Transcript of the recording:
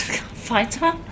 fighter